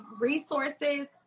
resources